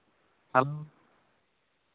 hello